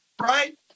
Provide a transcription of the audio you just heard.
right